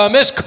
Miss